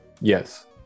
Yes